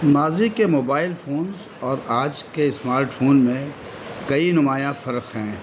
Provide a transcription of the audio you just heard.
ماضی کے mobile phones اور آج کے اسمارٹ فون میں کئی نمایاں فرق ہیں